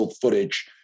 footage